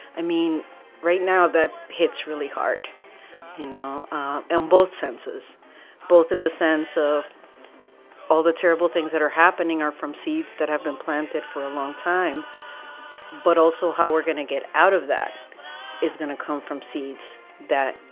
i mean right now that hits really hard you know in both senses both in the sense of all the terrible things that are happening are from seeds that have been planted for a long time but also how we're gonna get out of that is going to come from seeds that.